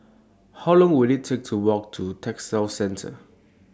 How Long Will IT Take to Walk to Textile Centre